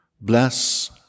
bless